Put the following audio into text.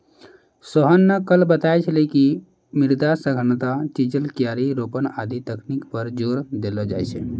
सोहन न कल बताय छेलै कि मृदा सघनता, चिजल, क्यारी रोपन आदि तकनीक पर जोर देलो जाय छै